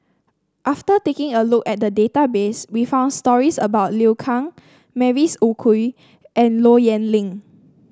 after taking a look at the database we found stories about Liu Kang Mavis Khoo Oei and Low Yen Ling